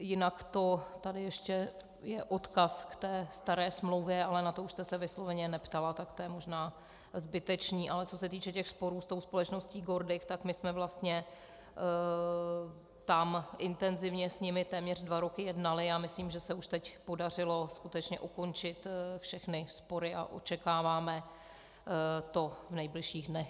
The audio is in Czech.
Jinak tady je ještě odkaz k té staré smlouvě, ale na to jste se už vysloveně neptala, tak to je možná zbytečné, ale co se týče těch sporů se společností Gordic, tak my jsme vlastně tam intenzivně s nimi téměř dva roky jednali a myslím, že se už teď podařilo skutečně ukončit všechny spory a očekáváme to v nejbližších dnech.